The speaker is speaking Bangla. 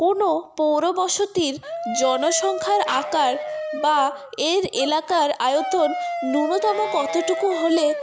কোনও পৌর বসতির জনসংখ্যার আকার বা এর এলাকার আয়তন ন্যূনতম কতটুকু হলে